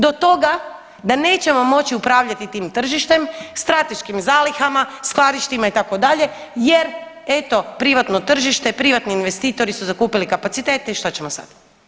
Do toga da nećemo moći upravljati tim tržištem, strateškim zalihama, skladištima itd., jer eto privatno tržište i privatni investitori su zakupili kapacitete i šta ćemo sad.